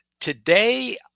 Today